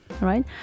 right